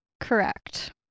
Correct